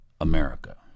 America